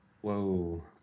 Whoa